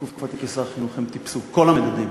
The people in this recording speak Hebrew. בתקופתי כשר חינוך הם טיפסו, כל המדדים.